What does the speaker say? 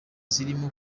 zirimo